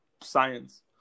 science